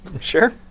Sure